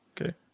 Okay